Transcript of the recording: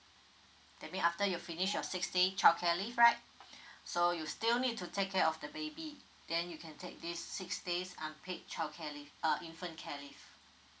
that mean after you finish your six day childcare leave right so you still need to take care of the baby then you can take this six days unpaid childcare leave uh infant care leave